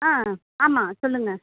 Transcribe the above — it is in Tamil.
ஆ ஆமாம் சொல்லுங்கள்